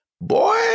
Boy